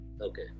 Okay